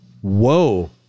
Whoa